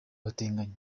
abatinganyi